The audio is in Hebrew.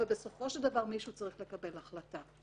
אבל בסופו של דבר מישהו צריך לקבל החלטה.